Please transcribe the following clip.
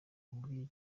muri